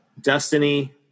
Destiny